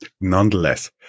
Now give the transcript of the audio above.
nonetheless